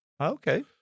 Okay